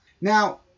Now